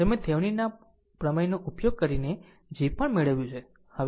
તમે થેવેનિન ના પ્રમેયનો ઉપયોગ કરીને જે પણ મેળવ્યું છે